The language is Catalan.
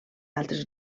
altres